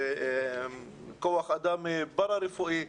וכוח אדם פרה-רפואי.